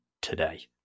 today